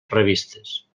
revistes